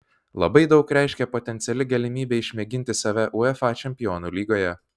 labai daug reiškė potenciali galimybė išmėginti save uefa čempionų lygoje